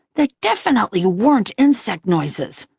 that definitely ah weren't insect noises.